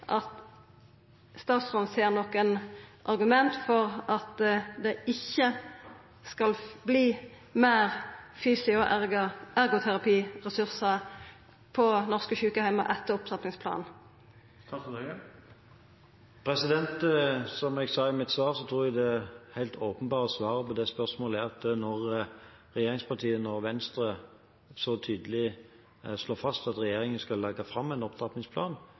skal verta meir fysioterapi- og ergoterapiressursar på norske sjukeheimar etter opptrappingsplanen? Som jeg sa i mitt svar, tror jeg det helt åpenbare svaret på det spørsmålet er at når regjeringspartiene og Venstre så tydelig slår fast at regjeringen skal legge fram en opptrappingsplan,